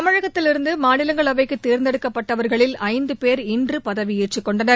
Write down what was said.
தமிழகத்திலிருந்து மாநிலங்களவைக்கு தேர்ந்தெடுக்கப்பட்டவர்களில் ஐந்து பேர் இன்று பதவியேற்றக் கொண்டனர்